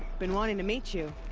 been wanting to meet you.